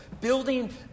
building